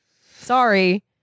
Sorry